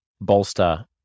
bolster